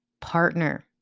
partner